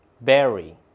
Berry